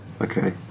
okay